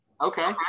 Okay